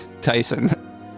Tyson